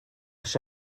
chi